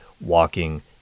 walking